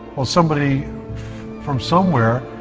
somebody from somewhere.